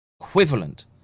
equivalent